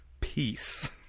Peace